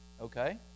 okay